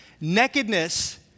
Nakedness